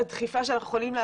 עושים.